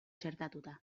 txertatuta